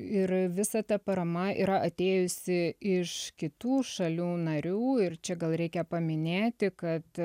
ir visa ta parama yra atėjusi iš kitų šalių narių ir čia gal reikia paminėti kad